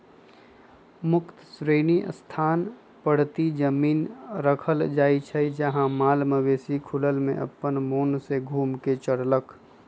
मुक्त श्रेणी स्थान परती जमिन रखल जाइ छइ जहा माल मवेशि खुलल में अप्पन मोन से घुम कऽ चरलक